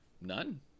none